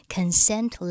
Consent